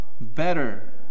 better